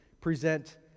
present